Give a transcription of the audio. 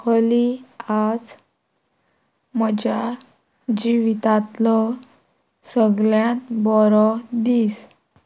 हली आज म्हज्या जिवितांतलो सगळ्यांत बरो दीस